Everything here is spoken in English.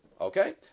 okay